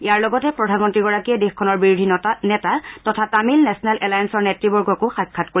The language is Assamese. ইয়াৰ লগতে প্ৰধানমন্ত্ৰীগৰাকীয়ে দেশখনৰ বিৰোধী নেতা তথা তামিল নেছনেল এলায়েনছৰ নেত়বৰ্গকো সাক্ষাৎ কৰিব